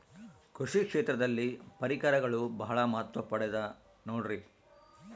ಕೃಷಿ ಕ್ಷೇತ್ರದಲ್ಲಿ ಪರಿಕರಗಳು ಬಹಳ ಮಹತ್ವ ಪಡೆದ ನೋಡ್ರಿ?